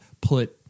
put